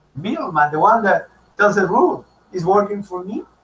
middleman the one that does the room is working for me,